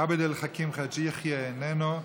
עבד אל חכים חאג' יחיא, איננו.